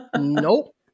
Nope